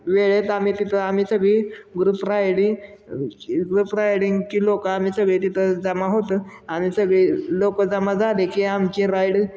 वेळेत आम्ही तिथं आम्ही सगळी ग्रुप रायडींग ग्रुप रायडींगची लोकं आम्ही सगळी तिथं जमा होतं आम्ही सगळी लोकं जमा झाली की आमची राईड